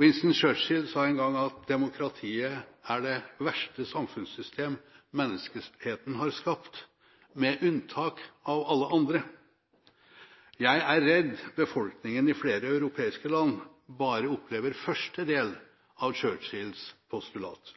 Winston Churchill sa en gang at demokratiet er det verste samfunnssystem menneskeheten har skapt, med unntak av alle andre. Jeg er redd befolkningen i flere europeiske land bare opplever første del av Churchills postulat.